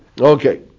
Okay